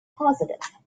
positive